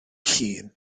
llun